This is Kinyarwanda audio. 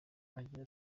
agira